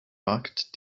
markt